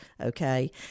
okay